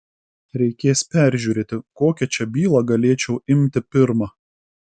reikės peržiūrėti kokią čia bylą galėčiau imti pirmą